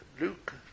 Luke